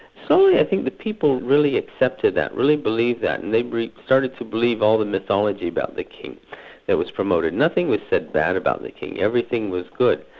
slowly i think the people really accepted that, really believed that, and they started to believe all the mythology about the king that was promoted. nothing was said bad about the king, everything was good,